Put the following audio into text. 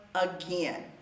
again